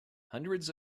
hundreds